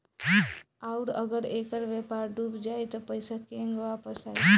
आउरु अगर ऐकर व्यापार डूब जाई त पइसा केंग वापस आई